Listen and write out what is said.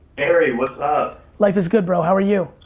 gary, what's up? life is good, bro, how are you?